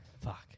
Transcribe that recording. Fuck